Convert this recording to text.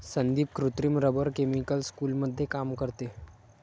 संदीप कृत्रिम rubber chemical स्कूलमध्ये काम करते